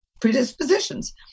predispositions